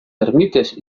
ermites